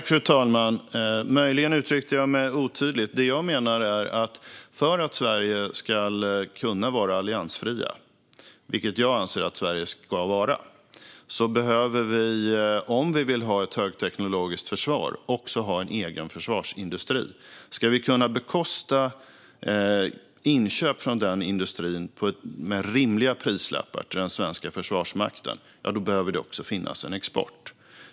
Fru talman! Möjligen uttryckte jag mig otydligt. Det som jag menar är att för att Sverige ska kunna vara alliansfritt, vilket jag anser att Sverige ska vara, behöver vi - om vi vill ha ett högteknologiskt försvar - också ha en egen försvarsindustri. Ska vi kunna bekosta inköp från denna industri med rimliga priser till den svenska försvarsmakten behöver det också finnas en export.